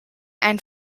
ein